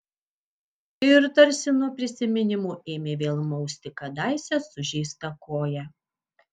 ir tarsi nuo prisiminimų ėmė vėl mausti kadaise sužeistą koją